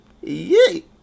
Yay